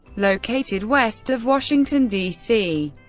located west of washington, d c.